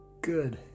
good